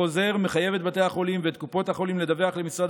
החוזר מחייב את בתי החולים ואת קופות החולים לדווח למשרד